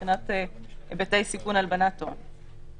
מבחינת היבטי סיכון הלבנת הון.